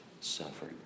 suffered